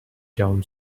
down